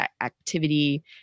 activity